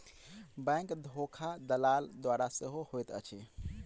bank धोखा दलाल द्वारा सेहो होइत अछि